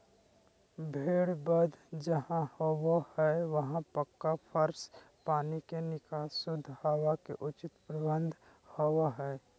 भेड़ वध जहां होबो हई वहां पक्का फर्श, पानी के निकास, शुद्ध हवा के उचित प्रबंध होवअ हई